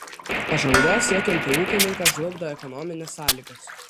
pažangos siekiantį ūkininką žlugdo ekonominės sąlygos